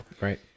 right